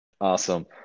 Awesome